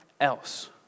else